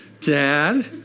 Dad